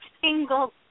single